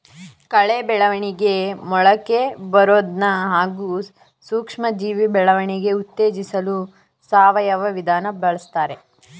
ಕಳೆ ಬೆಳವಣಿಗೆ ಮೊಳಕೆಬರೋದನ್ನ ಹಾಗೂ ಸೂಕ್ಷ್ಮಜೀವಿ ಬೆಳವಣಿಗೆ ಉತ್ತೇಜಿಸಲು ಸಾವಯವ ವಿಧಾನ ಬಳುಸ್ತಾರೆ